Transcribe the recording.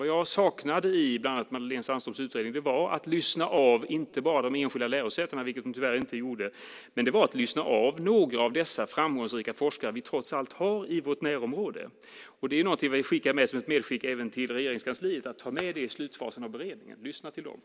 Vad jag saknade i bland annat Madelene Sandströms utredning var att man ska lyssna av inte bara de enskilda lärosätena, vilket myndigheten tyvärr inte gjorde. Det var också att lyssna till några av dessa framgångsrika forskare som vi trots allt har i vårt närområde. Det är något som jag vill skicka med till Regeringskansliet att ta med i slutfasen av beredningen. Lyssna till dessa.